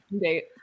date